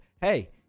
hey